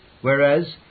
whereas